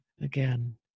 again